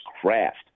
craft